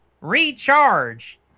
Recharge